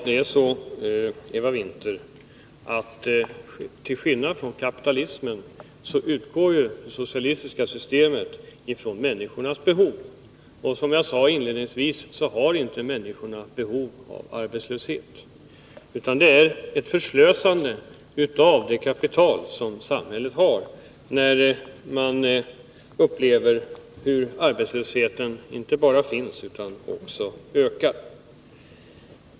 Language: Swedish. Herr talman! Till skillnad från kapitalismen, Eva Winther, utgår det socialistiska systemet ifrån människornas behov. Och som jag sade inledningsvis inte har människorna behov av arbetslöshet. Det är ett förslösande av det kapital som samhället har när arbetslösheten inte bara finns utan också ökar.